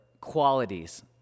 qualities